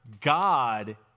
God